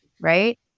right